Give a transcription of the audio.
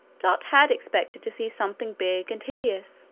dot had expected to see something big and hideous